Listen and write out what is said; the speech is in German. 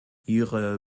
ihre